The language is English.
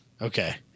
Okay